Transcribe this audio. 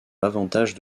l’avantage